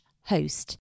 host